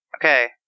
Okay